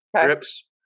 grips